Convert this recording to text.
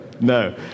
no